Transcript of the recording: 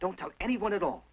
don't tell anyone at all